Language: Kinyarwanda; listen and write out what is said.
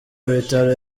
bitaro